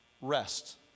Rest